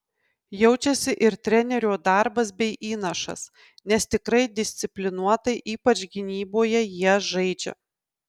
jaučiasi ir trenerio darbas bei įnašas nes tikrai disciplinuotai ypač gynyboje jie žaidžia